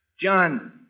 John